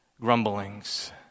grumblings